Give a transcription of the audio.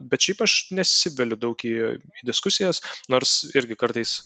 bet šiaip aš nesiveliu daug į diskusijas nors irgi kartais